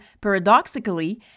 Paradoxically